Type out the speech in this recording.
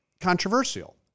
controversial